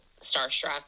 starstruck